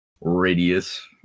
radius